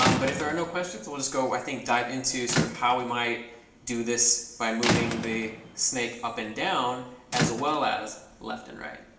um but if there are no questions, we'll just go, i think, dive into sort of how we might do this by moving the snake up and down as well as left and right.